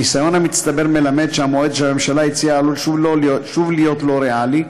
הניסיון המצטבר מלמד שהמועד שהממשלה הציעה שוב עלול להיות לא ריאלי.